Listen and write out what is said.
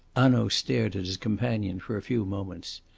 hanaud stared at his companion for a few moments.